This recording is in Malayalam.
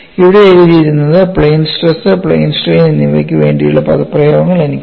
ഇവിടെ എഴുതിയത് പ്ലെയിൻ സ്ട്രെസ്സ് പ്ലെയിൻ സ്ട്രെയിൻ എന്നിവയ്ക്ക് വേണ്ടിയുള്ള പദപ്രയോഗങ്ങൾ എനിക്കുണ്ട്